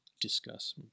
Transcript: discuss